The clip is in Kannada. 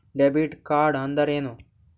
ಡೆಬಿಟ್ ಕಾರ್ಡ್ಅಂದರೇನು?